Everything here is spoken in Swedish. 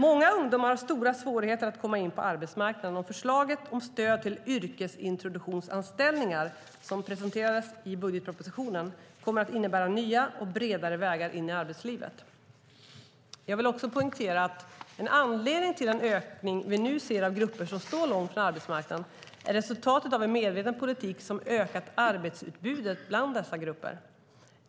Många ungdomar har stora svårigheter att komma in på arbetsmarknaden, och förslaget om stöd till yrkesintroduktionsanställningar som presenterades i budgetpropositionen kommer att innebära nya och bredare vägar in i arbetslivet. Jag vill också poängtera att en anledning till den ökning vi ser av grupper som står långt från arbetsmarknaden är resultatet av en medveten politik som ökat arbetsutbudet bland dessa grupper.